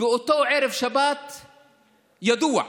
באותו ערב שבת ידוע,